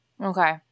Okay